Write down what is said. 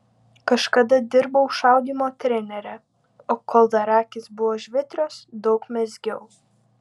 kažkada dirbau šaudymo trenere o kol dar akys buvo žvitrios daug mezgiau